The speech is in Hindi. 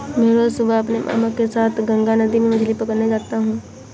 मैं रोज सुबह अपने मामा के साथ गंगा नदी में मछली पकड़ने जाता हूं